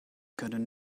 können